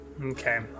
Okay